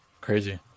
Crazy